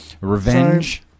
Revenge